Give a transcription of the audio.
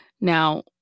Now